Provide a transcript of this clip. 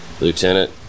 lieutenant